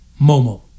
Momo